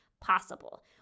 possible